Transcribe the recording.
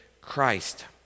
Christ